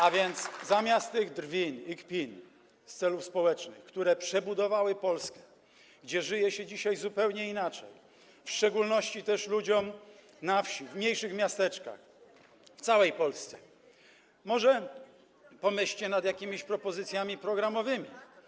A więc zamiast drwić i kpić z celów społecznych, które przebudowały Polskę, gdzie żyje się dzisiaj zupełnie inaczej, w szczególności ludziom na wsi, w mniejszych miasteczkach, w całej Polsce, może pomyślcie nad jakimiś propozycjami programowymi.